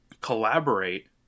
collaborate